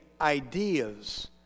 ideas